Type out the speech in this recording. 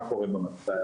מה קורה במעון.